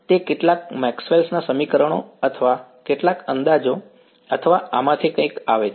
તે કેટલાક મેક્સવેલ ના સમીકરણો અથવા કેટલાક અંદાજો અથવા આમાંથી કંઈક આવે છે